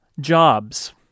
jobs